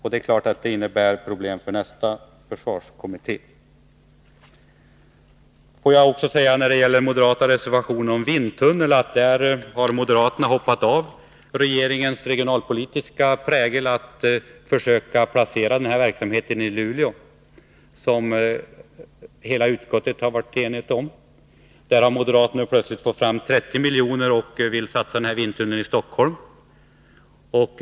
Detta innebär problem för nästa försvarskommitté. I den moderata reservationen om vindtunnel har man hoppat av regeringens regionalpolitiska inriktning att försöka placera denna verksamheti Luleå, vilket hela utskottet varit enigt om. Moderaterna har plötsligt fått fram 30 miljoner och vill placera vindtunneln i Stockholm.